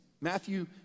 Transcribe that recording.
Matthew